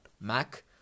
Mac